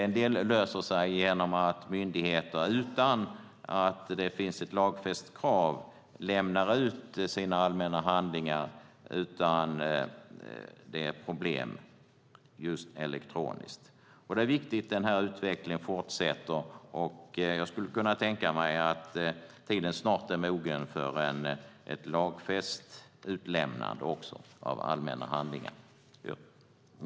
En del löser sig genom att myndigheter utan att det finns ett lagfäst krav lämnar ut sina allmänna handlingar elektroniskt utan att det är problem. Det är viktigt att den här utvecklingen fortsätter. Jag skulle kunna tänka mig att tiden snart är mogen för ett lagfäst krav när det gäller utlämnande av allmänna handlingar.